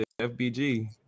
fbg